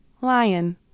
lion